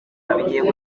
bijyiye